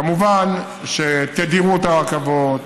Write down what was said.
כמובן שתדירות הרכבות